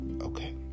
Okay